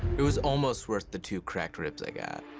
it was almost worth the two cracked ribs i got.